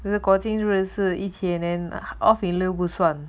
就是国庆日是一天 then off in lieu 不算